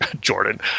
Jordan